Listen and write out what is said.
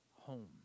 home